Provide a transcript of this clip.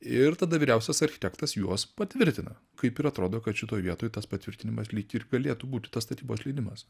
ir tada vyriausias architektas juos patvirtina kaip ir atrodo kad šitoj vietoj tas patvirtinimas lyg ir galėtų būti tas statybos leidimas